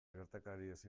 gertakariez